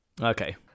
Okay